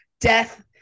death